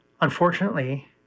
Unfortunately